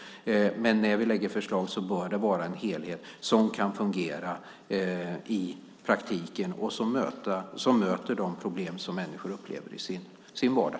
När vi lägger fram förslag bör det vara en helhet som kan fungera i praktiken och som möter de problem som människor upplever i sin vardag.